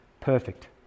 perfect